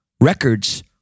records